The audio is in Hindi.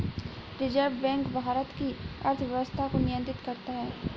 रिज़र्व बैक भारत की अर्थव्यवस्था को नियन्त्रित करता है